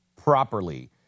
properly